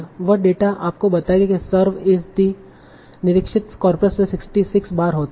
वह डेटा आपको बताएगा कि 'सर्व एस द' निरीक्षक कॉर्पस में 66 बार होती है